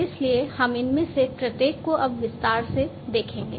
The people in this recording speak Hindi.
इसलिए हम इनमें से प्रत्येक को अब विस्तार से देखेंगे